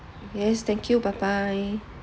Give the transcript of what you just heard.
yes thank you bye bye